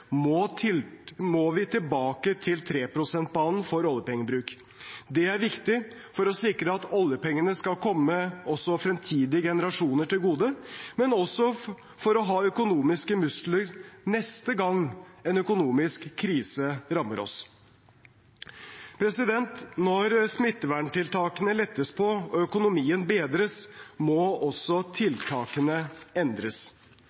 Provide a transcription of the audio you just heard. må vi tilbake til 3-prosentbanen for oljepengebruk. Det er viktig for å sikre at oljepengene skal komme også fremtidige generasjoner til gode, men også for å ha økonomiske muskler neste gang en økonomisk krise rammer oss. Når smittevernstiltakene lettes på og økonomien bedres, må også tiltakene endres.